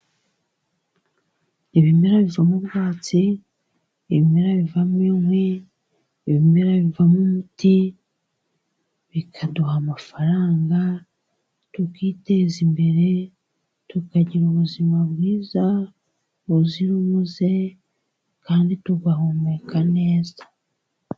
Ibimera bivamo ubwatsi, ibimera bivamo inkw. Ibimera bivamo umuti bikaduha amafaranga tukiteza imbere, tukagira ubuzima bwiza buzira umuze kandi tugahumeka neza.